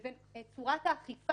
לבין צורת האכיפה